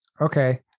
okay